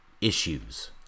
Issues